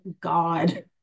God